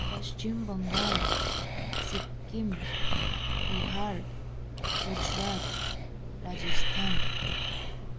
Paschim Bengal Sikkim Bihar Gujarat Rajasthan